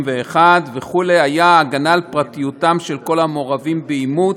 וכו' היה הגנה על פרטיותם של כל המעורבים באימוץ,